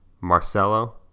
Marcelo